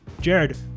Jared